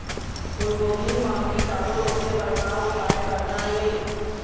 फूलगोभी म कीटाणु रोके बर का उपाय करना ये?